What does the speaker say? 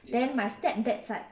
then my stepdad side